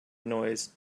noise